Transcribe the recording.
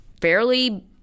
fairly